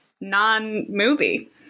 non-movie